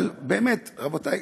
אבל באמת, רבותי,